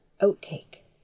oat-cake